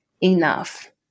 enough